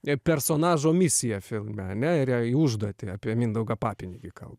personažo misiją filme ane ar į užduotį apie mindaugą papinigį kal